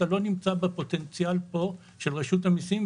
אתה לא נמצא בפוטנציאל פה של רשות המיסים,